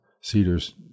cedars